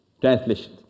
translation